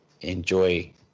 enjoy